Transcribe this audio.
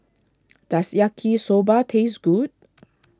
does Yaki Soba taste good